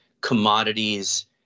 commodities